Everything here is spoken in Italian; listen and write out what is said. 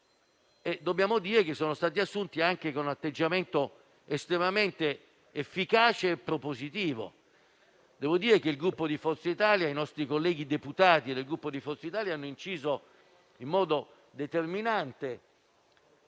decisioni che hanno un rilievo temporaneo, con un atteggiamento estremamente efficace e propositivo. Devo dire che i nostri colleghi deputati del Gruppo Forza Italia hanno inciso in modo determinante